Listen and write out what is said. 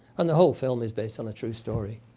and the whole film is based on a true story.